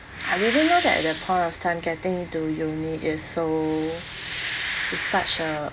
I didn't know that at that point of time getting into uni is so is such a